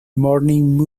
morning